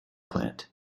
plant